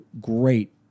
great